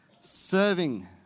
serving